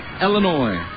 Illinois